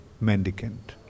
mendicant